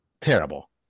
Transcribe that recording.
terrible